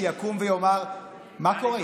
שיקום ויאמר: מה קורה?